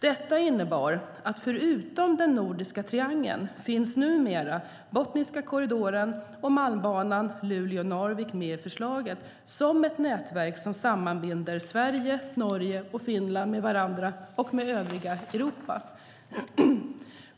Detta innebar att förutom den nordiska triangeln finns numera Botniska korridoren och Malmbanan Luleå-Narvik med i förslaget som ett nätverk som sammanbinder Sverige, Norge och Finland med varandra och med övriga Europa.